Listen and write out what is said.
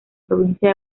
provincia